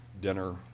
dinner